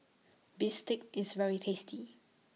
Bistake IS very tasty